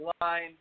line